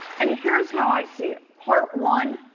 and here's how i see it part one,